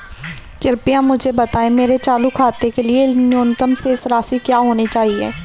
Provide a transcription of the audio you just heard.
कृपया मुझे बताएं मेरे चालू खाते के लिए न्यूनतम शेष राशि क्या होनी चाहिए?